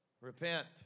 Repent